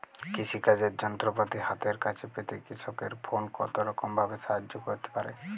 কৃষিকাজের যন্ত্রপাতি হাতের কাছে পেতে কৃষকের ফোন কত রকম ভাবে সাহায্য করতে পারে?